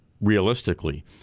realistically